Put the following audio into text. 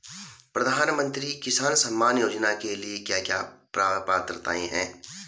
प्रधानमंत्री किसान सम्मान योजना के लिए क्या क्या पात्रताऐं हैं?